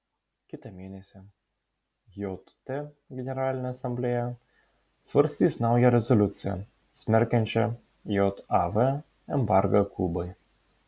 kitą mėnesį jt generalinė asamblėja svarstys naują rezoliuciją smerkiančią jav embargą kubai